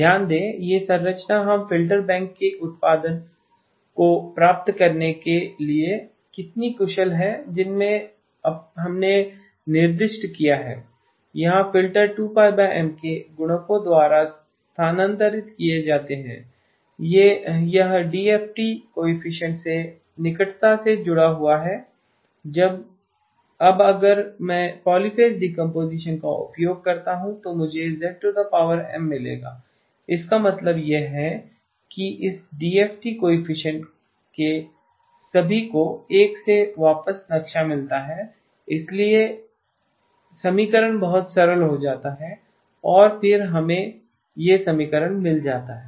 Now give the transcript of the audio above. ध्यान दें यह संरचना एम फ़िल्टर बैंक्स के उत्पादन को प्राप्त करने के लिए कितनी कुशल है जिन्हें हमने निर्दिष्ट किया है जहां फ़िल्टर 2πM के गुणकों द्वारा स्थानांतरित किए जाते हैं यह डीएफटी कोइफ़िशिएंट से निकटता से जुड़ा हुआ है अब अगर मैं पॉलीफ़ेज़ डीकम्पोज़िशन का उपयोग करता हूँ तो मुझे zM मिलेगा इसका मतलब यह है कि इस डीएफटी कोइफ़िशिएंट के सभी को 1 से वापस नक्शा मिलता है इसलिए इसलिए समीकरण बहुत सरल हो जाता है और फिर हमें यह समीकरण मिल जाता है